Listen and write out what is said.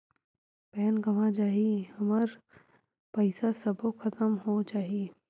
Pan गंवा जाही हमर पईसा सबो खतम हो जाही?